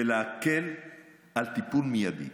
ולהקל על טיפול מיידי.